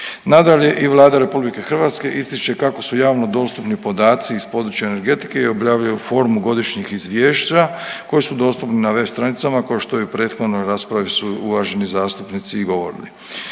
Nadalje, i Vlada RH ističe kako su javno dostupni podaci iz područja energetike i objavljuje formu godišnjih izvješća koje su dostupne na web stranicama košto i u prethodnoj raspravi su uvaženi zastupnici i govorili.